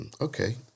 Okay